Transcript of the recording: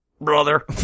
brother